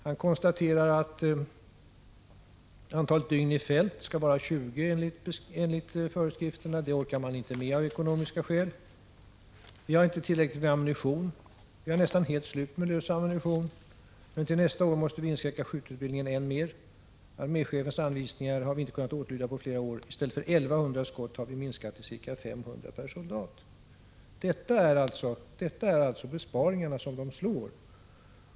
Han konstaterar att antalet dygn i fält skall vara 20 enligt föreskrifterna. Det orkar man inte med av ekonomiska skäl. Han säger att man inte har tillräckligt med ammunition, har nästan helt slut med lösammunition och till nästa år måste man inskränka skjututbildningen än mer. Arméchefens anvisningar har man inte kunnat åtlyda på flera år. I stället för 1 100 skott per soldat har man minskat antalet till ca 500 per soldat. Det är alltså på detta sätt besparingarna slår.